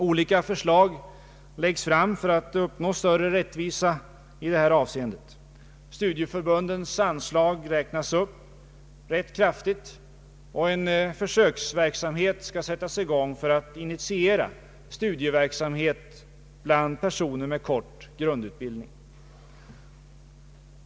Olika förslag läggs fram för att uppnå större rättvisa i detta avseende. Studieförbundens anslag räknas upp rätt kraftigt, och en försöksverksamhet skall sättas i gång för att initiera studieverksamhet bland personer med kort grundutbildning.